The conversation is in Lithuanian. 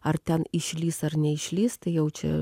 ar ten išlįs ar neišlįs tai jau čia